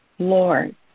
Lord